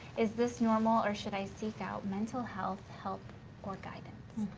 is this normal, or should i seek out mental health help or guidance?